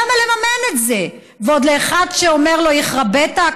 למה לממן את זה, ועוד לאחד שאומר לו יחרב ביתכ?